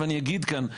ואני אגיד כאן,